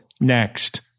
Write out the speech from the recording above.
next